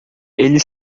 ele